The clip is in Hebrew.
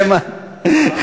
שמא,